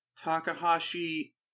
Takahashi